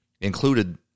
included